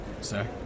sir